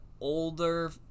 older